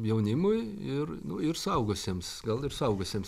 jaunimui ir nu ir suaugusiems gal ir suaugusiems